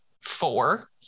four